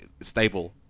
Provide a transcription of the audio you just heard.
stable